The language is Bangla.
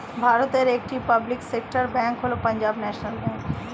ভারতের একটি পাবলিক সেক্টর ব্যাঙ্ক হল পাঞ্জাব ন্যাশনাল ব্যাঙ্ক